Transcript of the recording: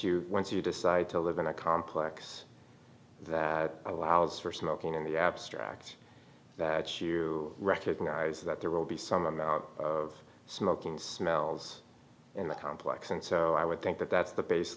you once you decide to live in a complex that allows for smoking in the abstract that you recognize that there will be some of our smoking smells in the complex and so i would think that that's the